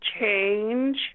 change